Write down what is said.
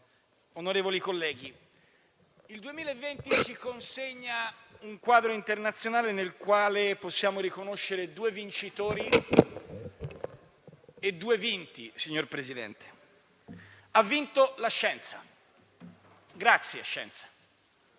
onorevoli colleghi, il 2020 ci consegna un quadro internazionale nel quale possiamo riconoscere due vincitori e due vinti. Ha vinto la scienza: grazie, scienza.